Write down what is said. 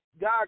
god